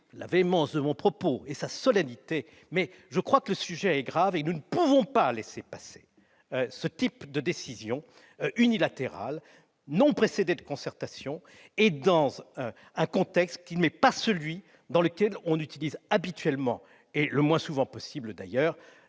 la véhémence et la solennité de mon propos, mais je crois que le sujet est grave. Nous ne pouvons pas laisser passer ce type de décisions unilatérales, non précédées de concertation, et dans un contexte qui n'est pas celui dans lequel on utilise habituellement- et le moins souvent possible, d'ailleurs